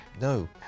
No